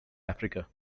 africa